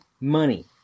money